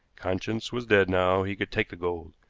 conscience was dead now, he could take the gold.